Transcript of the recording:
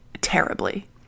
terribly